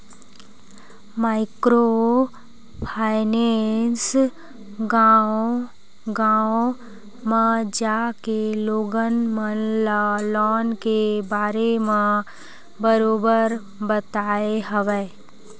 micro finance गाँव गाँव म जाके लोगन मन ल लोन के बारे म बरोबर बताय हवय